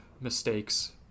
mistakes